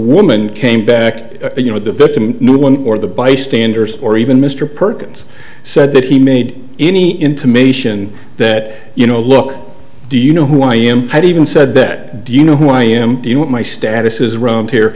woman came back you know the victim or the bystanders or even mr perkins said that he made any intimation that you know look do you know who i am i even said that do you know who i am you know what my status is around here